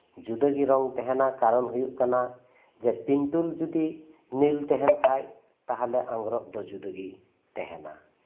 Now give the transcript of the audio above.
ᱡᱩᱫᱟᱹ ᱜᱮ ᱨᱚᱝ ᱛᱟᱦᱮᱱᱟ ᱠᱟᱨᱚᱱ ᱯᱤᱱᱴᱩᱞ ᱡᱚᱫᱤ ᱢᱤᱞ ᱛᱟᱦᱮᱱ ᱠᱷᱟᱡ ᱛᱟᱦᱞᱮ ᱟᱸᱜᱽᱨᱚᱵ ᱫᱚ ᱡᱩᱫᱟᱹᱜᱮ ᱛᱟᱦᱮᱱᱟ